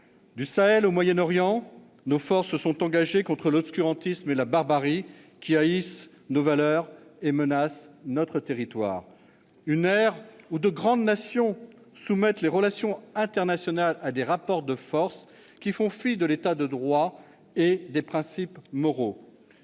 Du Sahel au Moyen-Orient, nos forces sont engagées contre l'obscurantisme et la barbarie qui haïssent nos valeurs et menacent notre territoire. Une ère où de grandes nations soumettent les relations internationales à des rapports de force qui font fi de l'État de droit et des principes moraux.